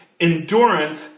Endurance